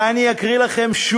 ואני אקריא לכם,